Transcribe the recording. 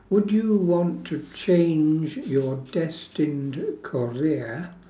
would you want to change your destined career